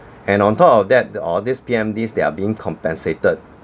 and on top of that all this P_M_Ds they are being compensated